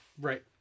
Right